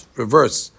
reverse